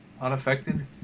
unaffected